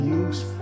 use